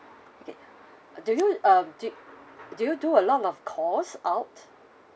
okay do you uh do do you do a lot of calls out